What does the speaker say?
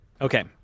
Okay